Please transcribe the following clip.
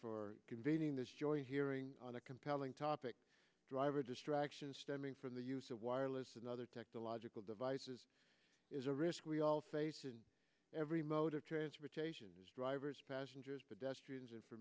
for convening this joint hearing on a compelling topic driver distraction stemming from the use of wireless another technological devices is a risk we all face and every mode of transportation has drivers passengers pedestrians and for